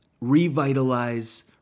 revitalize